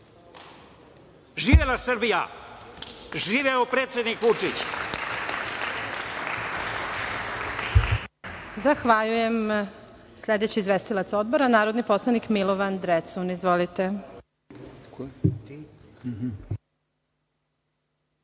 Živela Srbija, živeo predsednik Vučić.